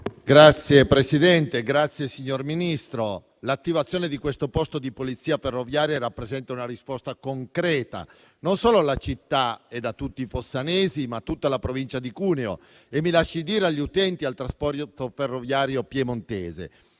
*(LSP-PSd'Az)*. Signor Ministro, l'attivazione di questo posto di Polizia ferroviaria rappresenta una risposta concreta non solo alla città e a tutti i fossanesi, ma a tutta la provincia di Cuneo e, me lo lasci dire, agli utenti del trasporto ferroviario piemontese.